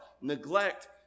Neglect